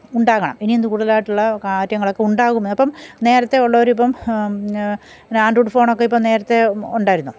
ഉണ്ടാകണം ഇനി എന്ത് കൂടുതലായിട്ടുള്ള കാര്യങ്ങളൊക്കെ ഉണ്ടാകും അപ്പം നേരത്തെ ഉള്ളവർ ഇപ്പം നാ ആൻഡ്രോയിഡ് ഫോൺ ഒക്കെ ഇപ്പം നേരത്തെ ഉണ്ടായിരുന്നോ